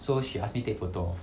so she ask me take photo